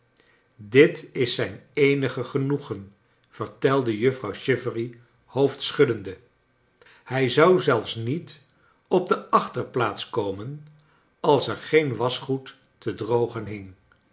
dit is zijn eenige genoegen vertelde juffrouw chivery hoofdschuddende hij zou zelfs niet op de achterplaats komen als er geen waschgoed te clrogen hing